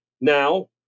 Now